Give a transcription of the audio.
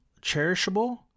cherishable